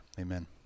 Amen